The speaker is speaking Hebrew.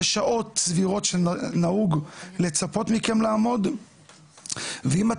יש שעות סבירות שנהוג לצפות מכם לעמוד ואם את